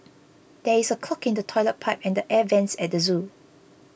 there is a clog in the Toilet Pipe and the Air Vents at the zoo